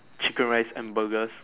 chicken rice and burgers